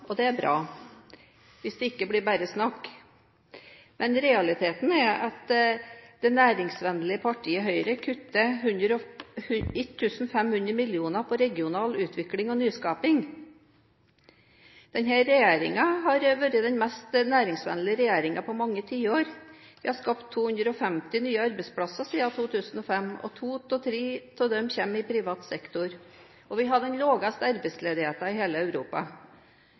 og det er bra hvis det ikke bare blir snakk. Men realiteten er at det næringsvennlige partiet Høyre kutter 1 500 mill. kr i regional utvikling og nyskaping. Denne regjeringen har vært den mest næringsvennlige regjeringen på mange tiår. Det er skapt 250 000 nye arbeidsplasser siden 2005, og to av tre av dem har kommet i privat sektor. Vi har også den laveste arbeidsledigheten i hele Europa.